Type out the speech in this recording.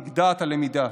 נגדעת הלמידה,